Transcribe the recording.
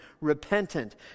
repentant